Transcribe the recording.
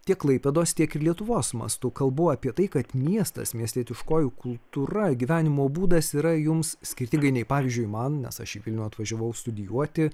tiek klaipėdos tiek ir lietuvos mastu kalbu apie tai kad miestas miestietiškoji kultūra gyvenimo būdas yra jums skirtingai nei pavyzdžiui man nes aš į vilnių atvažiavau studijuoti